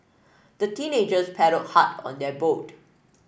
the teenagers paddled hard on their boat